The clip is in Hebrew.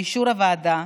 באישור הוועדה,